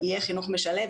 יהיה חינוך משלב,